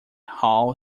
hall